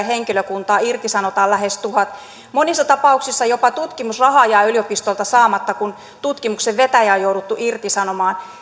henkilökuntaa irtisanotaan lähes tuhat monissa tapauksissa jopa tutkimusrahaa jää yliopistolta saamatta kun tutkimuksen vetäjä on jouduttu irtisanomaan